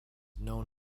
known